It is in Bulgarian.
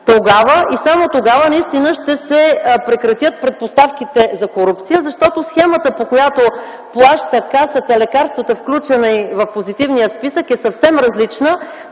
Тогава и само тогава наистина ще се прекратят предпоставките за корупция. Защото схемата, по която Касата заплаща лекарствата, включени в Позитивния списък, е съвсем различна